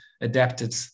adapted